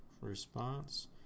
response